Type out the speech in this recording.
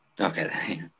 Okay